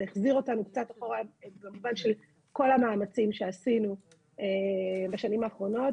זה החזיר אותנו קצת אחורה במובן של כל המאמצים שעשינו בשנים האחרונות.